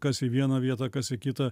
kas į vieną vietą kas į kitą